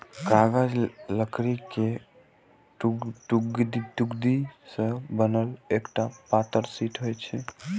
कागज लकड़ी के लुगदी सं बनल एकटा पातर शीट होइ छै